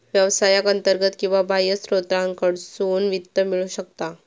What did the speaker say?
व्यवसायाक अंतर्गत किंवा बाह्य स्त्रोतांकडसून वित्त मिळू शकता